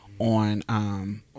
on